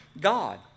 God